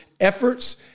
efforts